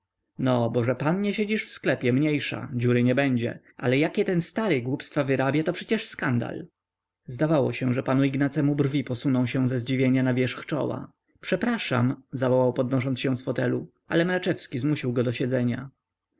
no bo że pan nie siedzisz w sklepie mniejsza dziury nie będzie ale jakie ten stary głupstwa wyrabia to przecie skandal zdawało się że panu ignacemu brwi posuną się ze zdziwienia na wierzch czoła przepraszam zawołał podnosząc się z fotelu ale mraczewski zmusił go do siedzenia